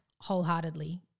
wholeheartedly